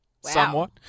somewhat